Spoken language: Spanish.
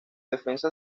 defensa